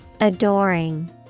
Adoring